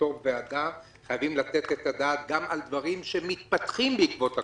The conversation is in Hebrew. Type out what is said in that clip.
כוועדה חייבים לתת את הדעת גם לדברים שמתפתחים בעקבות הקורונה.